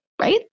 right